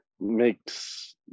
makes